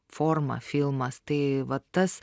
forma filmas tai va tas